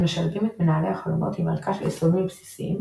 הם משלבים את מנהלי החלונות עם ערכה של יישומים בסיסיים